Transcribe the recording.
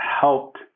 helped